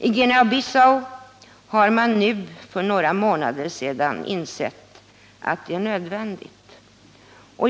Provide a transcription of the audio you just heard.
I Guinea Bissau har man nu för några månader sedan insett att det är nödvändigt att ha sådana.